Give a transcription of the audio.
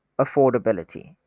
affordability